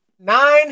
nine